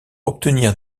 obtenir